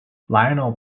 lionel